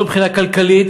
לא מבחינה כלכלית,